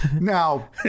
now